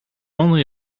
only